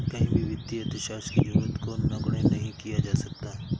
कहीं भी वित्तीय अर्थशास्त्र की जरूरत को नगण्य नहीं किया जा सकता है